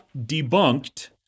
debunked